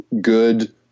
good